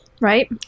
right